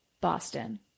Boston